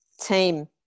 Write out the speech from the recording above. Team